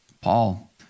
Paul